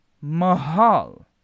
Mahal